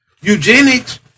Eugenics